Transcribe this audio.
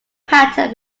pattern